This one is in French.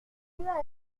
monsieur